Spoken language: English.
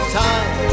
time